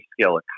scale